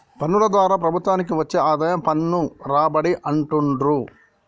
పన్నుల ద్వారా ప్రభుత్వానికి వచ్చే ఆదాయం పన్ను రాబడి అంటుండ్రు